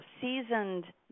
seasoned